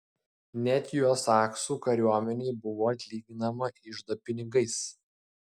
net jo saksų kariuomenei buvo atlyginama iždo pinigais